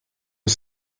ist